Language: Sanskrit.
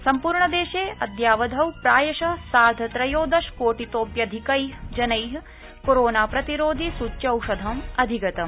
सम्पूर्णदर्शअद्यावधौ प्रायश सार्ध त्रयोदशकोटिप्यधिक जन किोरोना प्रतिरोधि सूच्यौषधम् अधिगतम्